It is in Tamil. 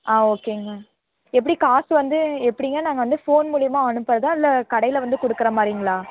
ஆ ஓகேங்க எப்படி காசு வந்து எப்படிங்க நாங்கள் வந்து ஃபோன் மூலிமா அனுப்புகிறதா இல்லை கடையில் வந்து கொடுக்குற மாதிரிங்களா